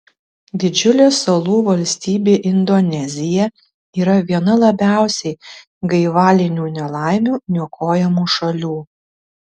didžiulė salų valstybė indonezija yra viena labiausiai gaivalinių nelaimių niokojamų šalių